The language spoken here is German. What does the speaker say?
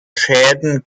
schäden